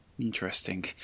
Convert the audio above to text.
Interesting